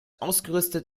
ausgerüstet